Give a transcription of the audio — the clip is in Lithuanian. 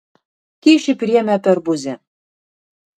kyšį priėmė per buzį